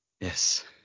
Yes